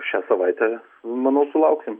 šią savaitę manau sulauksim